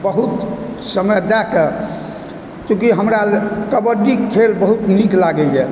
बहुत समय दऽ कऽ चूँकि हमरा कबड्डी खेल बहुत नीक लागैए